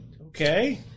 Okay